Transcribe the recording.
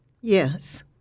Yes